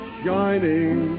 shining